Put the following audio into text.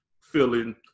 feeling